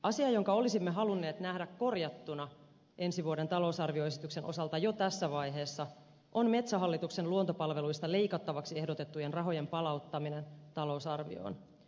asia jonka olisimme halunneet nähdä korjattuna ensi vuoden talousarvioesityksen osalta jo tässä vaiheessa on metsähallituksen luontopalveluista leikattavaksi ehdotettujen rahojen palauttaminen talousarvioon